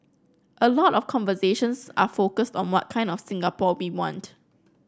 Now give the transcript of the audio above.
a lot of conversations are focused on what kind of Singapore we want